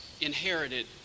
inherited